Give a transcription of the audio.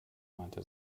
meinte